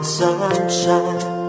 sunshine